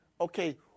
Okay